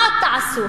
מה עוד תעשו?